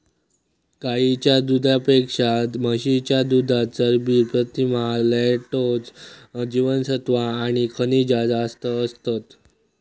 गाईच्या दुधापेक्षा म्हशीच्या दुधात चरबी, प्रथीना, लॅक्टोज, जीवनसत्त्वा आणि खनिजा जास्त असतत